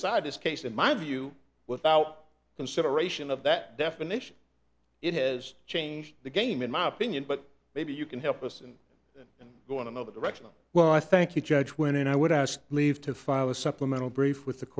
decide this case in my view without consideration of that definition it has changed the game in my opinion but maybe you can help us and then go in another direction well i thank you judge when and i would ask leave to file a supplemental brief with the